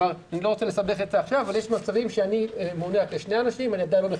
אני לא רוצה לסבך עכשיו אבל יש מקרים שאדם ממונה על שני אנשים,